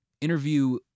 interview